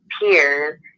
peers